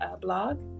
blog